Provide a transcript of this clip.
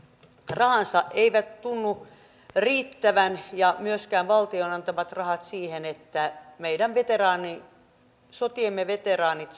rahansa eivät tunnu riittävän ja eivät myöskään valtion antamat rahat siihen että meidän sotiemme veteraanit